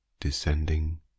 descending